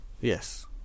Yes